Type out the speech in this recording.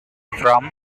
from